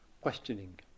questioning